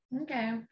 Okay